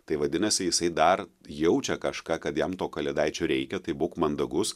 tai vadinasi jisai dar jaučia kažką kad jam to kalėdaičio reikia tai būk mandagus